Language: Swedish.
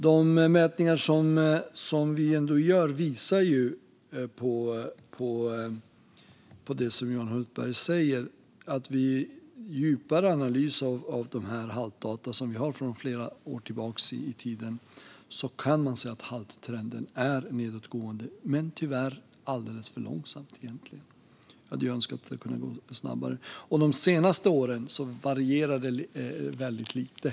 De mätningar vi ändå gör visar ju på det Johan Hultberg säger, nämligen att man vid en djupare analys av de haltdata vi har från flera år tillbaka i tiden kan se att halttrenden är nedåtgående. Tyvärr går det egentligen alldeles för långsamt; vi hade önskat att det kunde gå mycket snabbare. De senaste åren varierar det tyvärr väldigt lite.